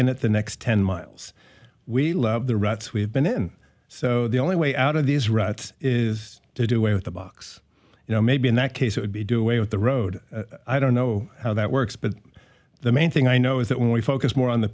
in at the next ten miles we love the ruts we've been in so the only way out of these ruts is to do away with the box you know maybe in that case it would be do a of the road i don't know how that works but the main thing i know is that when we focus more on the